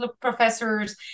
Professors